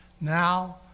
now